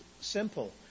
simple